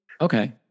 Okay